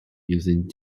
using